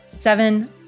Seven